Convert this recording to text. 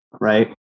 right